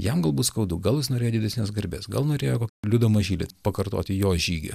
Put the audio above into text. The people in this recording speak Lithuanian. jam galbūt skaudu gal jis norėjo didesnės garbės gal norėjo liudą mažylį pakartoti jo žygį